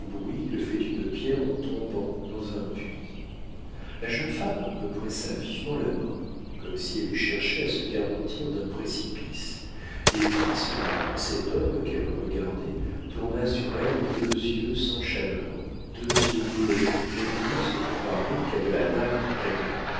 que fait une pierre en tombant dans un puits la jeune femme me pressa vivement la main comme si elle eût cherché à se garantir d'un précipice et frissonna quand cet homme qu'elle regardait tourna sur elle deux yeux sans chaleur deux yeux glauques qui ne pouvaient se comparer qu'à de la nacre ternie